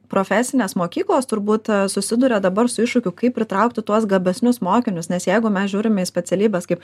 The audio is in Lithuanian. profesinės mokyklos turbūt susiduria dabar su iššūkiu kaip pritraukti tuos gabesnius mokinius nes jeigu mes žiūrime į specialybes kaip